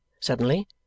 Suddenly